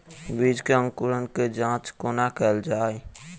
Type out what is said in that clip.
बीज केँ अंकुरण केँ जाँच कोना केल जाइ?